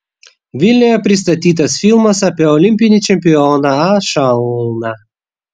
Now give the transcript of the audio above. vilniuje pristatytas filmas apie olimpinį čempioną a šalną